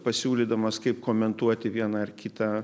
pasiūlydamas kaip komentuoti vieną ar kitą